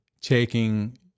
taking